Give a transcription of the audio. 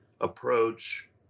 approach